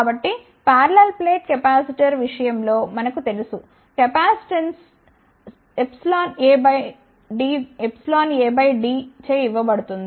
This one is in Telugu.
కాబట్టి పారలెల్ ప్లేట్ కెపాసిటర్ విషయం లో మనకు తెలుసు కెపాసిటెన్స్చే εA dఇవ్వబడుతుంది